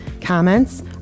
comments